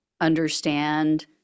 understand